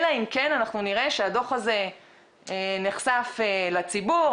אלא אם כן נראה שהדוח הזה נחשף לציבור,